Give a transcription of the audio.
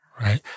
right